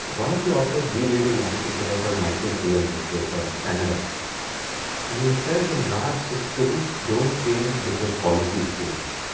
one of the authors we really like is a guy called michael fullan, who's based out of canada and he says and large systems don't change because policies change,